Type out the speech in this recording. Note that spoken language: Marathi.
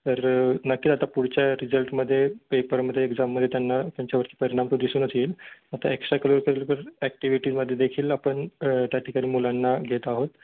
तर नक्कीच आता पुढच्या रिझल्टमध्ये पेपरमध्ये एक्झाममध्ये त्यांना त्यांच्यावरचे परिणाम तो दिसूनच येईल आता एक्स्ट्रा करिकुलर ॲक्टिव्हिटीजमध्ये देखील आपण त्या ठिकाणी मुलांना घेत आहोत